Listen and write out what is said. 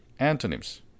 Antonyms